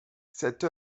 cette